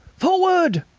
forward!